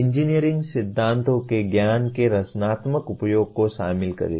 engineering सिद्धांतों के ज्ञान के रचनात्मक उपयोग को शामिल करें